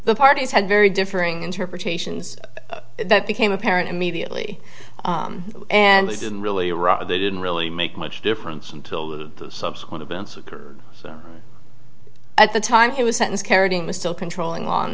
parties had very differing interpretations that became apparent immediately and they didn't really rather they didn't really make much difference until the subsequent events occurred at the time he was sentenced carrying was still controlling